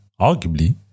Arguably